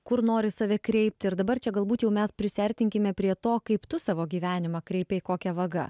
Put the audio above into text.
kur nori save kreipti ir dabar čia galbūt jau mes prisiartinkime prie to kaip tu savo gyvenimą kreipei kokia vaga